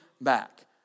back